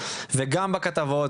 וגם בכתבות,